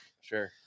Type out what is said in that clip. Sure